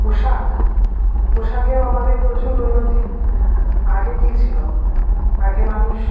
পোশাক পোশাকেও আমাদের প্রচুর উন্নতি আগে কী ছিলো আগে মানুষ